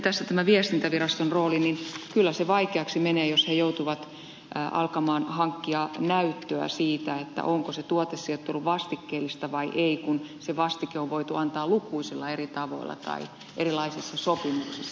tässä tämä viestintäviraston rooli kyllä vaikeaksi menee jos he joutuvat hankkimaan näyttöä siitä onko se tuotesijoittelu vastikkeellista vai ei kun se vastike on voitu antaa lukuisilla eri tavoilla tai erilaisissa sopimuksissa